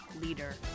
leader